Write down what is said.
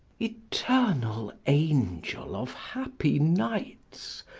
eternal angel of happy nights,